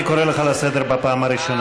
יש פה בעיה, היושב-ראש.